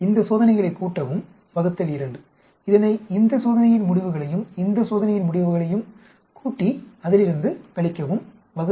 இந்த சோதனைகளைக் கூட்டவும் ÷ 2 இதனை இந்த சோதனையின் முடிவுகளையும் இந்த சோதனையின் முடிவுகளையும் கூடி அதிலிருந்து கழிக்கவும் 2